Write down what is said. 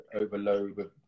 overload